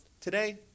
today